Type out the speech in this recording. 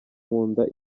nkunda